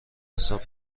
حساب